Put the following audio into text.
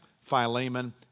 Philemon